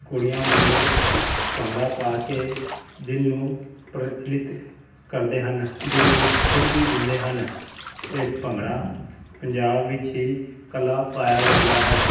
ਕੁੜੀਆਂ ਮੁੰਡੇ ਭੰਗੜਾ ਪਾ ਕੇ ਦਿਲ ਨੂੰ ਪ੍ਰਚਲਿੱਤ ਕਰਦੇ ਹਨ ਦਿਲ ਨੂੰ ਖੁਸ਼ੀ ਦਿੰਦੇ ਹਨ ਇਹ ਭੰਗੜਾ ਪੰਜਾਬ ਵਿੱਚ ਹੀ ਇਕੱਲਾ ਪਾਇਆ ਜਾਂਦਾ ਹੈ